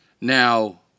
Now